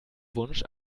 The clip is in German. wunsch